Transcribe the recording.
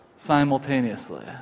simultaneously